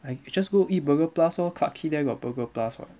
I just go eat burger plus orh clarke quay there got burger plus [what]